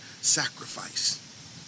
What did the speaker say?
sacrifice